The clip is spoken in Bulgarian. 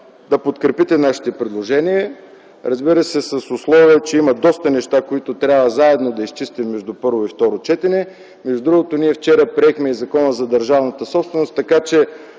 да подкрепите нашите предложения, разбира се, с условие, че има доста неща, които трябва заедно да изчистим между първо и второ четене. Между другото, вчера ние приехме и Закона за държавната собственост, така че